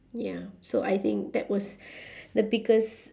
ya so I think that was the biggest